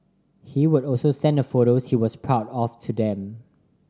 he would also send the photos he was proud of to them